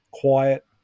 Quiet